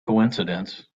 coincidence